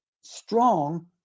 strong